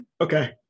okay